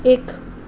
एक